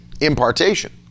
impartation